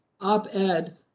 op-ed